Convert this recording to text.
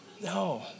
No